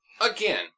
again